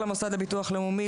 למוסד לביטוח לאומי,